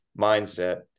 mindset